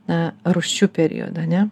na rūsčiu periodu ar ne